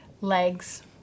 legs